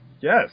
yes